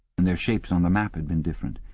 and their shapes on the map, had been different.